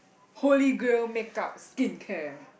holy grail make-up skincare